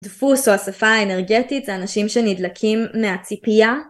דפוס או אספה אנרגטית זה אנשים שנדלקים מהציפייה.